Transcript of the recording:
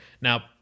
Now